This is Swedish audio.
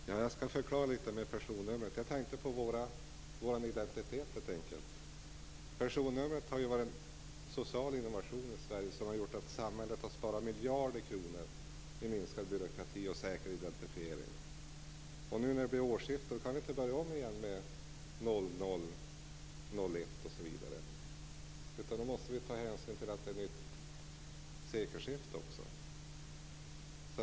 Herr talman! Jag skall förklara litet grand vad jag menade med personnumren. Jag tänkte helt enkelt på vår identitet. Personnumret har ju varit en social innovation i Sverige, som har gjort att samhället har sparat miljarder kronor i minskad byråkrati och säker identifiering. Vid årsskiftet kan vi inte börja om med noll noll, noll ett osv., utan då måste vi ta hänsyn till sekelskiftet också.